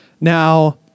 now